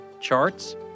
charts